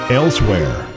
elsewhere